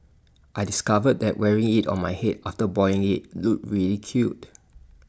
I discovered that wearing IT on my Head after boiling IT looked really cute